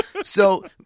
So-